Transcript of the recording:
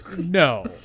No